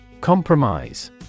Compromise